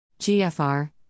GFR